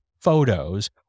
photos